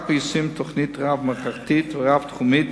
רק ביישום תוכנית רב-מערכתית ורב-תחומית